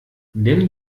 nimm